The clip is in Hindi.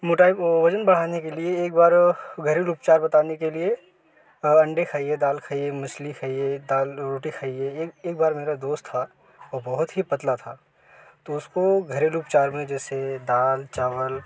मोटाई वजन बढ़ाने के लिए एक बार घरेलू उपचार बताने के लिए अंडे खाईये दाल खाईये मछली खाईये दाल रोटी खाईये एक एक बार मेरा दोस्त था वो बहुत ही पतला था तो उसको घरेलू उपचार में जैसे दाल चवाल